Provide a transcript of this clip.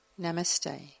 Namaste